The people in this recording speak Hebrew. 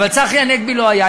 אבל צחי הנגבי לא היה.